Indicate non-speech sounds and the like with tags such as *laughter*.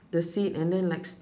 the seat and then like *noise*